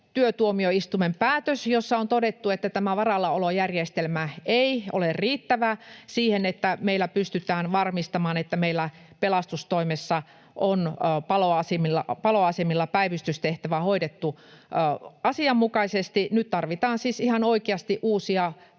työtuomioistuimen päätös, jossa on todettu, että tämä varallaolojärjestelmä ei ole riittävä siihen, että meillä pystytään varmistamaan, että meillä pelastustoimessa on paloasemilla päivystystehtävä hoidettu asianmukaisesti. Nyt tarvitaan siis ihan oikeasti uusia